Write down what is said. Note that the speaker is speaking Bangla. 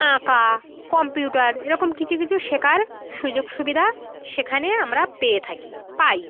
আঁকা কম্পিউটার এরকম কিছু কিছু শেখার সুযোগ সুবিধা সেখানে আমরা পেয়ে থাকি পাই